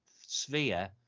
sphere